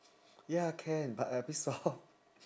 ya can but a bit soft